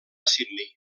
sydney